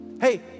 hey